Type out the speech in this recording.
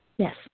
Yes